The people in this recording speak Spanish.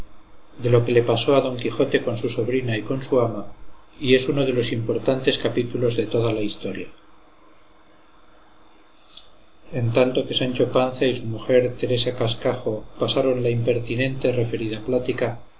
de lo que le pasó a don quijote con su sobrina y con su ama y es uno de los importantes capítulos de toda la historia en tanto que sancho panza y su mujer teresa cascajo pasaron la impertinente referida plática